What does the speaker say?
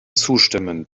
zustimmen